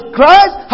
Christ